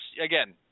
again